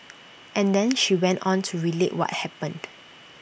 and then she went on to relate what happened